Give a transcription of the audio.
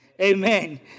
Amen